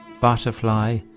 butterfly